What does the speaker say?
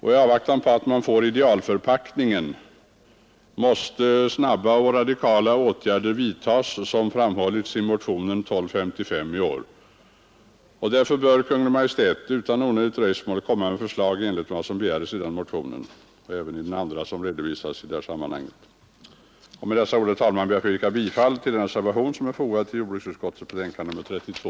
I avvaktan på att man får fram en idealförpackning måste dock snabba och radikala åtgärder vidtas, såsom framhålles i motionen 1255. Därför bör Kungl. Maj:t utan onödigt dröjsmål komma med förslag i enlighet med vad som begäres i denna motion och även i anledning av den andra motion som här behandlas. Med dessa ord ber jag, herr talman, att få yrka bifall till den reservation som är fogad till jordbruksutskottets betänkande nr 32.